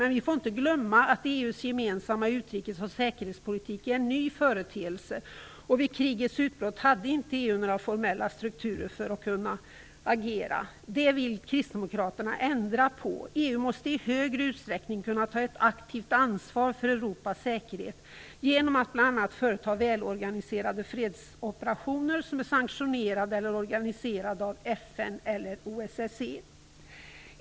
Men vi får inte glömma att EU:s gemensamma utrikes och säkerhetspolitik är en ny företeelse. Vid krigets utbrott hade inte EU några formella strukturer för att kunna agera. Detta vill kristdemokraterna ändra på. EU måste i större utsträckning kunna ta ett aktivt ansvar för Europas säkerhet genom att bl.a. företa välorganiserade fredsoperationer som är sanktionerade eller organiserade av FN eller OSSE.